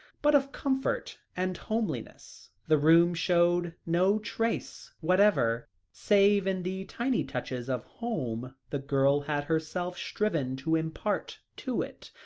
but of comfort and homeliness the room showed no trace whatever, save in the tiny touches of home the girl had herself striven to impart to it,